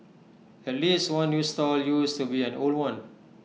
at least one new stall used to be an old one